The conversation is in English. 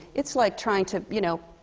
it's like trying to you know,